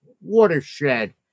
watershed